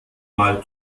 mal